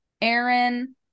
Aaron